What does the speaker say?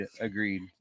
Agreed